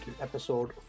episode